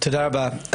תודה רבה.